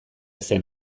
zen